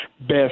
best